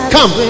Come